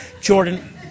Jordan